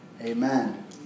Amen